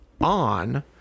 on